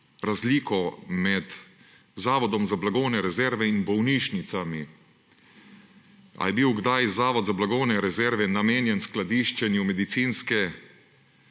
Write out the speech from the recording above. razliko med Zavodom za blagovne rezerve in bolnišnicami. Ali je bil kdaj Zavod za blagovne rezerve namenjen skladiščenju medicinske